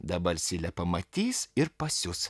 dabar silė pamatys ir pasius